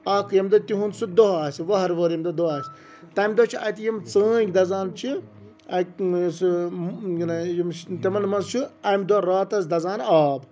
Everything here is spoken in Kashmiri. اَکھ ییٚمہِ دۄہ تِہُنٛد سُہ دۄہ آسہِ وَہَر وٲر ییٚمہِ دۄہ دۄہ آسہِ تَمہِ دۄہ چھُ اَتہِ یِم ژٲنٛگۍ دَزان چھِ اَتہِ سُہ یہِ نہ تِمَن منٛز چھُ اَمہِ دۄہ راتَس دَزان آب